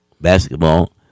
basketball